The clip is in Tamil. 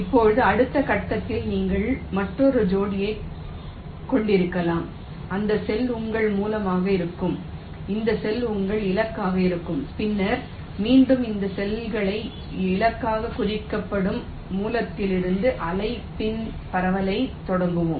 இப்போது அடுத்த கட்டத்தில் நீங்கள் மற்றொரு ஜோடியைக் கொண்டிருக்கலாம் இந்த செல் உங்கள் மூலமாக இருக்கும் இந்த செல் உங்கள் இலக்காக இருக்கும் பின்னர் மீண்டும் இந்த செல்கள் இலக்காகக் குறிக்கப்படும் மூலத்திலிருந்து அலை முன் பரப்பலைத் தொடங்குவோம்